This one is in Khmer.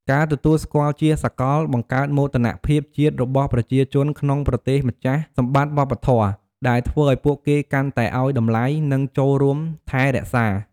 ការទទួលស្គាល់ជាសាកល បង្កើនមោទនភាពជាតិរបស់ប្រជាជនក្នុងប្រទេសម្ចាស់សម្បត្តិវប្បធម៌ ដែលធ្វើឱ្យពួកគេកាន់តែឱ្យតម្លៃ និងចូលរួមថែរក្សា។